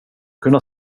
kunna